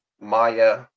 Maya